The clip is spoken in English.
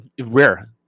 rare